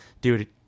Dude